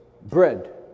bread